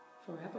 Forever